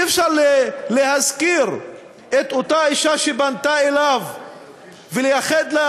אי-אפשר להזכיר את אותה אישה שפנתה אליו ולייחד לה